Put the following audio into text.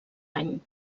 any